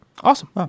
Awesome